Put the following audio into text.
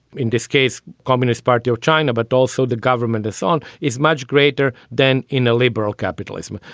in this case, communist party of china, but also the government is on is much greater than in a liberal capitalism.